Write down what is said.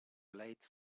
late